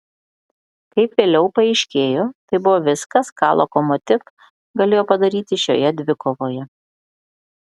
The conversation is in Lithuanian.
kaip vėliau paaiškėjo tai buvo viskas ką lokomotiv galėjo padaryti šioje dvikovoje